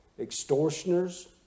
extortioners